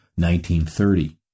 1930